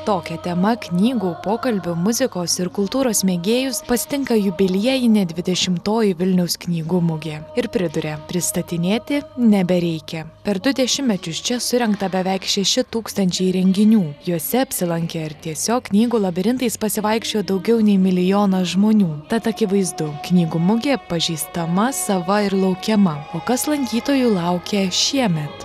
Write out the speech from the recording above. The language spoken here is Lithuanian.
tokia tema knygų pokalbių muzikos ir kultūros mėgėjus pasitinka jubiliejinė dvidešimtoji vilniaus knygų mugė ir priduria pristatinėti nebereikia per du dešimtmečius čia surengta beveik šeši tūkstančiai renginių juose apsilankė ar tiesiog knygų labirintais pasivaikščiojo daugiau nei milijonas žmonių tad akivaizdu knygų mugė pažįstama sava ir laukiama o kas lankytojų laukia šiemet